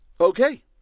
Okay